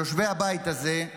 יושבי הבית הזה,